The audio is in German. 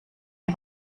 die